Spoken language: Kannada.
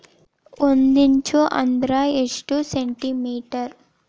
ಒಂದಿಂಚು ಅಂದ್ರ ಎಷ್ಟು ಸೆಂಟಿಮೇಟರ್?